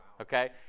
Okay